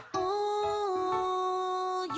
oh